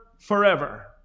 forever